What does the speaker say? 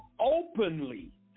openly